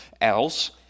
else